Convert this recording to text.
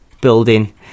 building